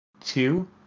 two